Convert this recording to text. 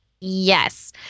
Yes